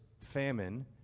famine